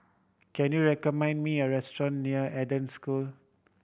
can you recommend me a restaurant near Eden School